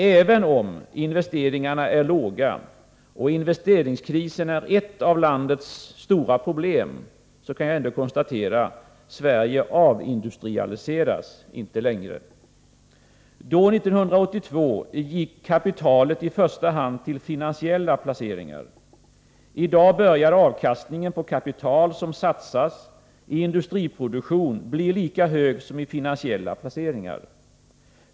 Även om investeringarna är för låga och investeringskrisen är ett av landets stora problem, kan jag ändå konstatera: Sverige avindustrialiseras inte längre. Då, 1982, gick kapitalet i första hand till finansiella placeringar. I dag börjar avkastningen på kapital som satsas i industriproduktion bli lika hög som i finansiella placeringar.